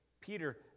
Peter